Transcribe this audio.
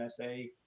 NSA